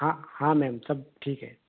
हाँ हाँ मैम सब ठीक है